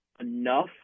enough